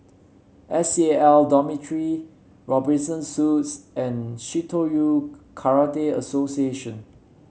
S C L Dormitory Robinson Suites and Shitoryu Karate Association